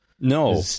no